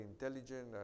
intelligent